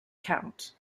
count